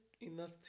enough